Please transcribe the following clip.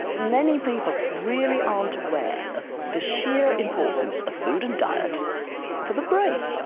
many people really aren't aware of the sheer importance of food and diet for the brain.